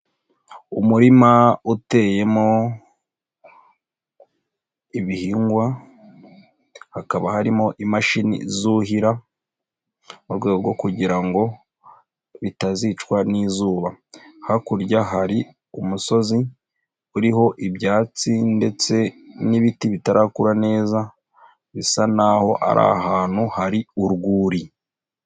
Umurima uteyemo ibihingwa, hakaba harimo imashini zuhira, mu rwego kugira ngo bitazicwa n'izuba, hakurya hari umusozi, uriho ibyatsi ndetse n'ibiti bitarakura neza, bisa n'aho ari ahantutu hari urwuri.